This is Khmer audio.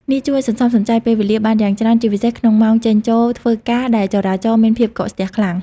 នេះជួយសន្សំសំចៃពេលវេលាបានយ៉ាងច្រើន ជាពិសេសក្នុងម៉ោងចេញចូលធ្វើការដែលចរាចរណ៍មានភាពកកស្ទះខ្លាំង។